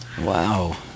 Wow